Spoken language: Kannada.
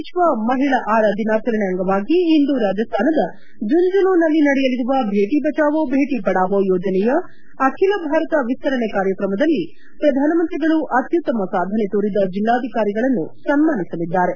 ವಿಕ್ಷ ಮಹಿಳಾ ದಿನಾಚರಣೆ ಅಂಗವಾಗಿ ಇಂದು ರಾಜಸ್ತಾನದ ಜುನ್ ಜುನ್ನಲ್ಲಿ ನಡೆಯಲಿರುವ ಬೇಟ ಬಚಾವೋ ಬೇಟಿ ಪಡಾವೋ ಯೋಜನೆಯ ಅಖಿಲ ಭಾರತ ವಿಸ್ತರಣೆ ಕಾರ್ಯಕ್ರಮದಲ್ಲಿ ಪ್ರಧಾನಮಂತ್ರಿಗಳು ಅತ್ನುತ್ತಮ ಸಾಧನೆ ತೋರಿದ ಜೆಲ್ಲಾಧಿಕಾರಿಗಳನ್ನು ಸನ್ನಾನಿಸಿದ್ದಾರೆ